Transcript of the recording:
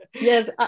yes